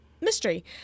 mystery